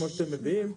כמו שאתם מביאים,